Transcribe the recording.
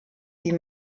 die